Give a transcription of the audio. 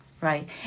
Right